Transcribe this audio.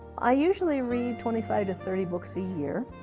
i usually read twenty five to thirty books a year.